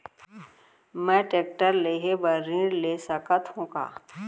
मैं टेकटर लेहे बर ऋण ले सकत हो का?